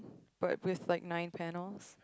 but with like nine panels